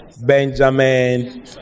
Benjamin